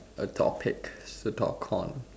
a topic to talk on